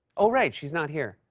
oh, right, she's not here.